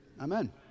Amen